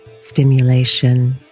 stimulation